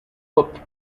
hook